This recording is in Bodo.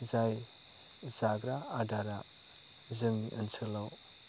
जाय जाग्रा आदारा जोंनि ओनसोलाव